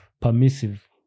permissive